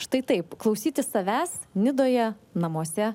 štai taip klausyti savęs nidoje namuose